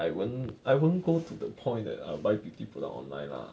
I won't I won't go to the point that I will buy beauty product online lah